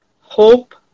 Hope